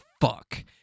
fuck